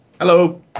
Hello